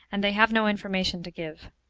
and they have no information to give.